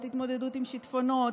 התמודדות עם שיטפונות,